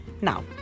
Now